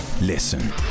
listen